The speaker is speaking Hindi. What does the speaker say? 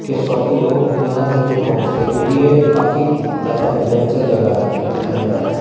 के शौकीन लोग यहाँ जरूर पहुँचते हैं क्योंकि ये काफ़ी ज़्यादा एडवेंचर जगह है धन्यवाद